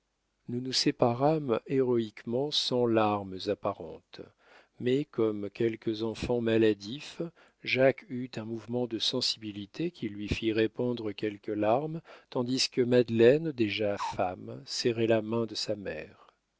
nous nous séparâmes héroïquement sans larmes apparentes mais comme quelques enfants maladifs jacques eut un mouvement de sensibilité qui lui fit répandre quelques larmes tandis que madeleine déjà femme serrait la main de sa mère